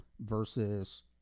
versus